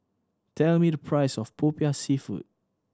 tell me the price of Popiah Seafood